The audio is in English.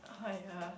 !aiya!